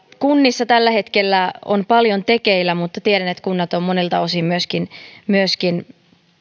kunnissa tällä hetkellä on paljon tekeillä mutta tiedän että kunnat ovat monilta osin myöskin myöskin